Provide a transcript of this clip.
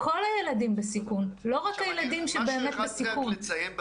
כל הילדים בסיכון, לא רק הילדים שבאמת בסיכון.